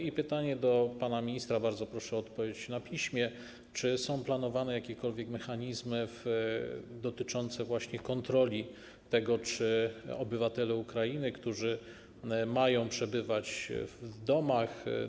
Mam pytanie do pana ministra - bardzo proszę o odpowiedź na piśmie - czy są planowane jakiekolwiek mechanizmy dotyczące właśnie kontroli tego, czy obywatele Ukrainy, którzy mają przebywać w domach.